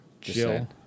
Jill